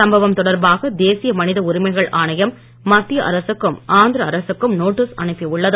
சம்பவம் தொடர்பாக தேசிய மனித உரிமைகள் ஆணையம் மத்திய அரசுக்கும் ஆந்திர அரசுக்கும் நோட்டீஸ் அனுப்பி உள்ளது